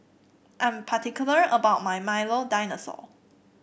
I'm particular about my Milo Dinosaur